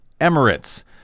Emirates